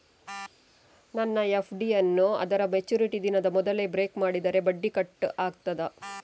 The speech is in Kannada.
ನನ್ನ ಎಫ್.ಡಿ ಯನ್ನೂ ಅದರ ಮೆಚುರಿಟಿ ದಿನದ ಮೊದಲೇ ಬ್ರೇಕ್ ಮಾಡಿದರೆ ಬಡ್ಡಿ ಕಟ್ ಆಗ್ತದಾ?